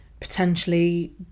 potentially